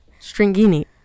Stringini